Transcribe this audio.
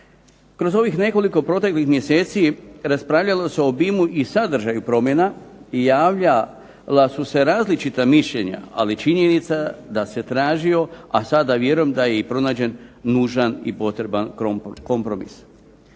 Kroz ovih nekoliko proteklih mjeseci raspravljalo se o obimu i sadržaju promjena i javljala su se različita mišljenja, ali činjenica je da se tražio, a sada vjerujem da je i pronađen nužan i potreban kompromis.